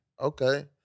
Okay